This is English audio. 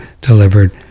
delivered